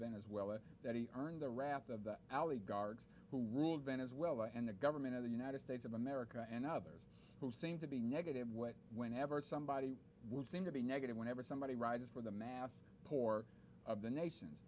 venezuela that he earned the wrath of the alley guards who ruled venezuela and the government of the united states of america and others who seem to be negative what whenever somebody would seem to be negative whenever somebody rises from the mass pour of the nations